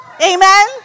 Amen